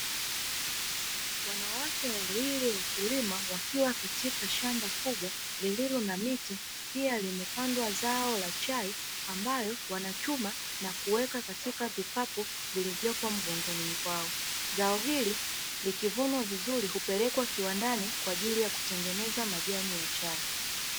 wanawake wawili wakulima wakiwa katika shamba kubwa lililo na miti pia limepandwa zao la chai ambayo wanachuma na kuweka katika vikapu vilivyopo mgongoni kwao. Zao hili likivunwa vizuri hupelekwa kiwandani kwa ajili ya kutengeneza majani ya chai.